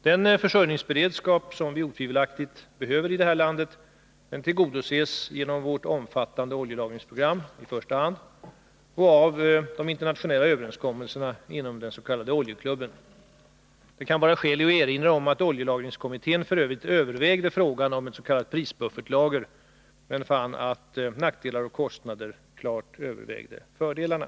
Den försörjningsberedskap vi otvivelaktigt behöver här i landet tillgodoses i första hand genom vårt omfattande oljelagringsprogram samt genom de internationella överenskommelserna inom den s.k. oljeklubben. Det kan vara skäl i att erinra om att oljelagringskommittén f. ö. övervägde frågan om ett s.k. prisbuffertlager men fann att nackdelar med kostnader klart övervägde fördelarna.